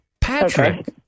Patrick